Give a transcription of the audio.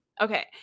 Okay